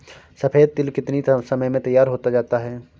सफेद तिल कितनी समय में तैयार होता जाता है?